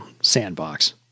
sandbox